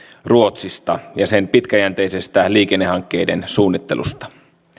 ruotsista ja sen pitkäjänteisestä liikennehankkeiden suunnittelusta